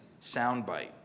soundbite